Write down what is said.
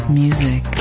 music